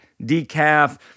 decaf